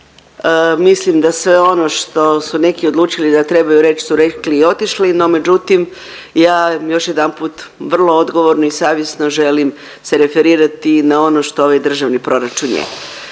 Mislim da sve ono što su neki odlučili da trebaju reći su rekli i otišli, no međutim ja još jedanput vrlo odgovorno i savjesno želim se referirati na ono što ovaj državni proračun je.